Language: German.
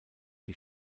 die